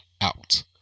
out